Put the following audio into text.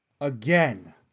Again